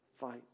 fight